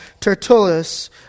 Tertullus